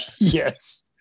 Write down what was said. Yes